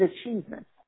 achievements